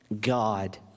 God